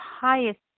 highest